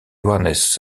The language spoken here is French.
johannes